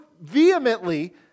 vehemently